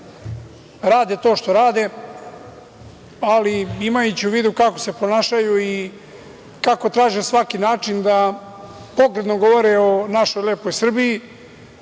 rade to što rade, ali imajući u vidu kako se ponašaju i kako traže svaki način da pogrdno govore o našoj lepoj Srbiji